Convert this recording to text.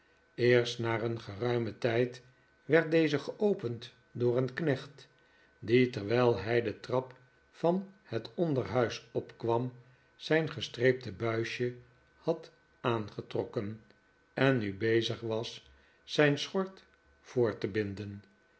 eerst na een geruimen tijd werd deze geopend door een knecht die terwijl hij de trap van het onderhuis opkwam zijn gestreepte buisje had aangetrokken en nu bezig was zijn schort voor te binden